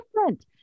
different